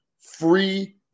free